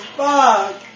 fuck